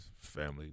Family